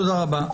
תודה רבה.